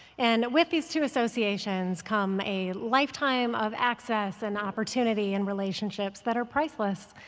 and with these two associations come a lifetime of access and opportunity and relationships that are priceless.